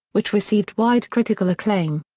which received wide critical acclaim.